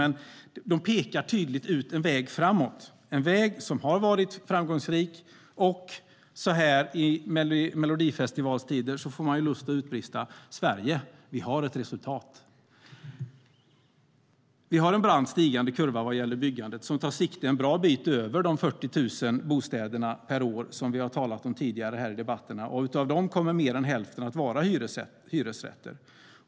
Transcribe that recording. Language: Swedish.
Men de pekar tydligt ut en väg framåt - en väg som har varit framgångsrik, och så här i melodifestivalstider får man lust att utbrista: Sverige! Vi har ett resultat! Vi har en brant stigande kurva vad gäller byggandet som tar sikte en bra bit över de 40 000 bostäder per år som vi har talat om tidigare här i debatten. Av dem kommer mer än hälften att vara hyresrätter.